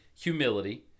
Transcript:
humility